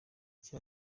iki